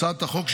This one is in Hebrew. הצעת החוק,